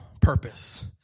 purpose